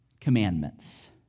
commandments